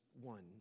one